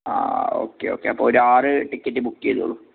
ആ okay okay അപ്പോൾ ഒരു ആറ് ടിക്കറ്റ് ബുക്ക് ചെയ്തോളു